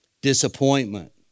disappointment